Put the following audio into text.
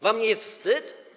Wam nie jest wstyd?